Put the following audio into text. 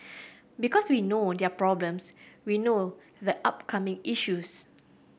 because we know their problems we know the upcoming issues